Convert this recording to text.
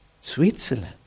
Switzerland